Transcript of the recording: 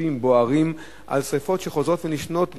איתותים בוערים על שרפות שחוזרות ונשנות,